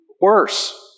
worse